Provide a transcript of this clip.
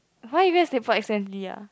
why you go and stapler accidentally ah